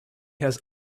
has